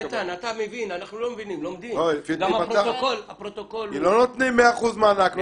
צריך להגיד שאנחנו בדרך כלל לא נותנים 100 אחוזים מענק.